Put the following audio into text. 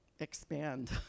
expand